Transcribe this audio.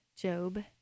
Job